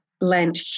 lent